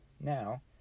now